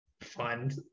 find